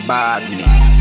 Badness